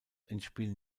endspiel